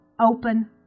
open